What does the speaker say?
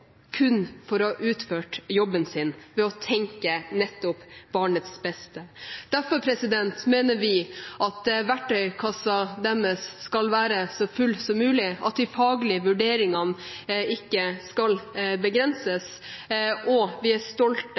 kun for å ha utført jobben sin, ved å tenke nettopp barnets beste. Derfor mener vi at verktøykassa deres skal være så full som mulig, og at de faglige vurderingene ikke skal begrenses. Vi er stolte